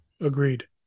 Agreed